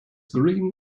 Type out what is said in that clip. green